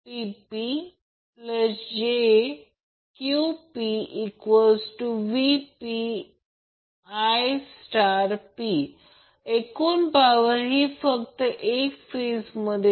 त्याचप्रमाणे यालाच Ib म्हणतात फक्त थोडे वर हलवा तर हे असे आहे हे Ib आहे तर VBN पासून Ib ने लॅग करतो